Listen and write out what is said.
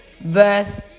verse